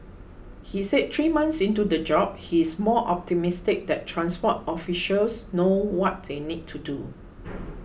he said three months into the job he is more optimistic that transport officials know what they need to do